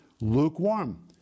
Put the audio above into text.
lukewarm